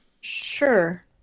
sure